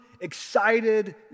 excited